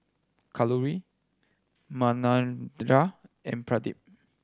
Kalluri Manindra and Pradip